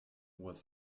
was